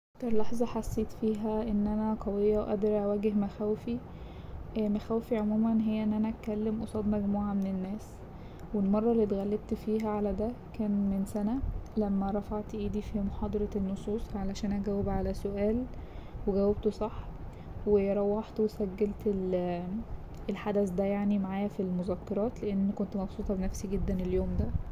أكتر لحظة حسيت فيها إن أنا قوية وقادرة أواجه مخاوفي مخاوفي عموما هي إن أنا أتكلم قصاد مجموعة من الناس والمرة اللي اتغلبت فيها على ده كان من سنة لما رفعت إيدي في محاضرة النصوص عشان أجاوب على سؤال وجاوبته صح وروحت وسجلت الحدث ده يعني معايا في المذكرات لأن كنت مبسوطة بنفسي جدا اليوم ده.